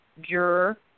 juror